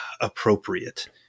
appropriate